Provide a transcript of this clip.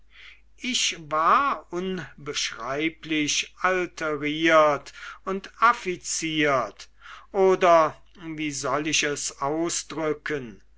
ich war unbeschreiblich alteriert und affiziert oder wie soll ich es ausdrücken